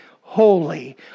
holy